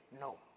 No